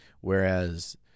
Whereas